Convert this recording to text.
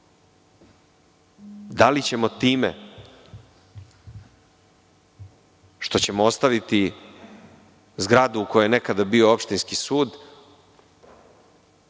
li ćemo time što ćemo ostaviti zgradu u kojoj je nekada bio opštinski sud